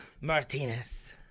Martinez